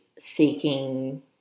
Seeking